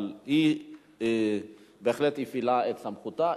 היא בהחלט הפעילה את סמכותה,